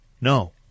No